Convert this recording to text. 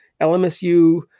LMSU